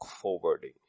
forwarding